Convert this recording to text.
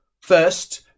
first